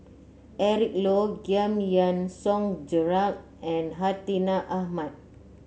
Eric Low Giam Yean Song Gerald and Hartinah Ahmad